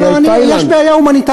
לא לא, יש בעיה הומניטרית.